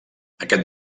aquest